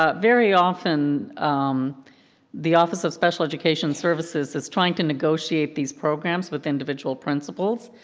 ah very often the office of special education services is trying to negotiate these programs with individual principals,